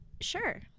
Sure